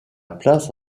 place